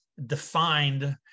defined